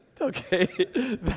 okay